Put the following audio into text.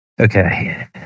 Okay